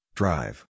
drive